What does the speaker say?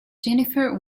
jennifer